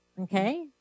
Okay